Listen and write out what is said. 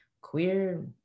queer